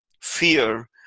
fear